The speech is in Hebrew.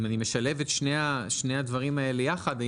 אם אני משלב את שני הדברים האלה יחד,